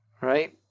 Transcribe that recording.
Right